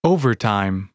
Overtime